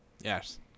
Yes